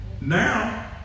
Now